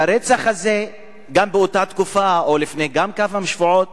את הרצח הזה, באותה תקופה, או גם לפני כמה שבועות,